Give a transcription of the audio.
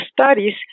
studies